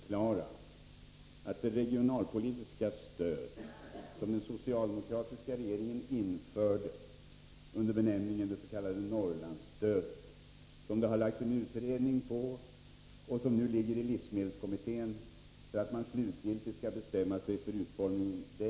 Herr talman! Det regionalpolitiska stöd som den socialdemokratiska regeringen införde under benämningen Norrlandsstödet har det framlagts en utredning om som nu behandlas i livsmedelskommittén för att man där slutgiltigt skall bestämma sig för utformningen.